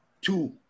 two